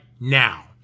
now